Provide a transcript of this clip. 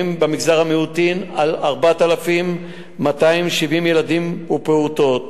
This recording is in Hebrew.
במגזר המיעוטים 4,270 ילדים ופעוטות.